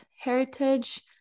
heritage